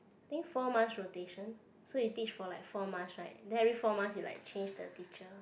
think four months rotations so you teach for like four months right then every four months will like change the teacher